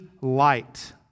light